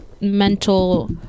mental